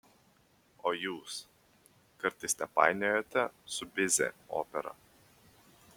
o jūs kartais nepainiojate su bizė opera